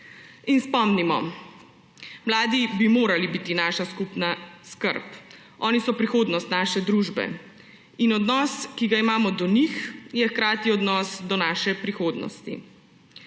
Spomnimo, mladi bi morali biti naša skupna skrb. Oni so prihodnost naše družbe. Odnos, ki ga imamo do njih, je hkrati odnos do naše prihodnosti.